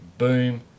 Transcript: Boom